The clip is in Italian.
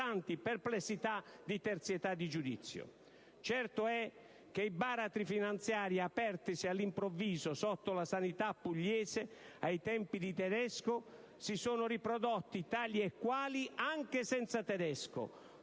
pesanti perplessità di terzietà di giudizio. Certo è che i baratri finanziari apertisi all'improvviso sotto la sanità pugliese ai tempi di Tedesco si sono riprodotti tali e quali anche senza Tedesco,